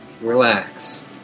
relax